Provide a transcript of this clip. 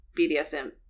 BDSM